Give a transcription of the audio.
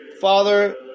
Father